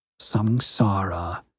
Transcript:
samsara